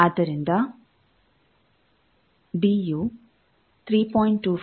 ಆದ್ದರಿಂದ D U 3